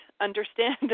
understand